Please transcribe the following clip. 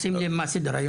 שים לב מה סדר-היום.